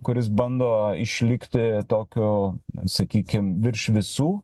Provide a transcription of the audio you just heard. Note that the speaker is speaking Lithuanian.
kuris bando išlikti tokiu sakykim virš visų